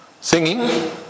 Singing